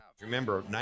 Remember